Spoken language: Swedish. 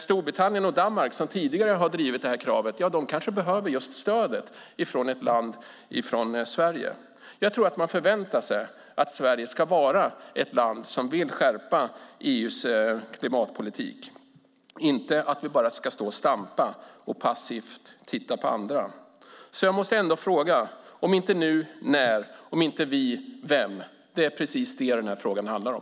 Storbritannien och Danmark, som tidigare har drivit det här kravet, kanske behöver stödet från just Sverige. Jag tror att man förväntar sig att Sverige ska vara ett land som vill skärpa EU:s klimatpolitik, inte att vi bara ska stå och stampa och passivt titta på andra. Jag måste ändå fråga: Om inte nu, när? Om inte vi, vem? Det är precis det den här frågan handlar om.